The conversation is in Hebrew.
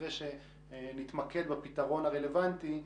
אחרי שנתמקד בפתרון הרלוונטי,